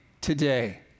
today